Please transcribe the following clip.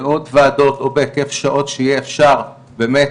בעוד ועדות או בהיקף שעות שיהיה אפשר באמת